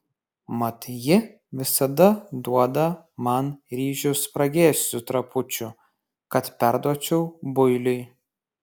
mat ji visada duoda man ryžių spragėsių trapučių kad perduočiau builiui